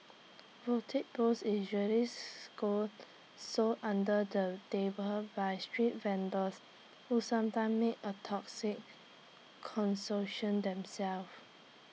bootleg booze usually scold so under the table by street vendors who sometimes make A toxic themselves